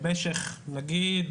במשך נגיד,